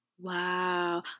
wow